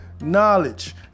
knowledge